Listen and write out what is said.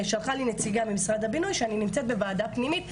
שלחה לי נציגה ממשרד הבינוי שאני נמצאת בוועדה פנימית,